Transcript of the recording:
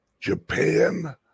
Japan